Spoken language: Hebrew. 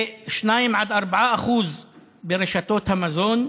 ו-2% 4% ברשתות המזון,